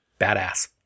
badass